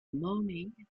morning